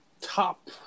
top